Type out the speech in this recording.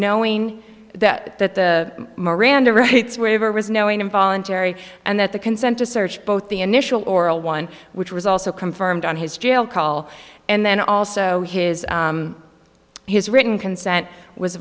knowing that that the miranda rights waiver was knowing and voluntary and that the consent to search both the initial oral one which was also confirmed on his jail call and then also his his written consent was